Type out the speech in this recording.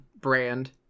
brand